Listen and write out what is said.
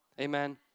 Amen